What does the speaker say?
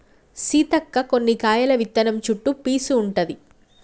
సీతక్క కొన్ని కాయల విత్తనం చుట్టు పీసు ఉంటది